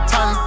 Time